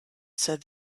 said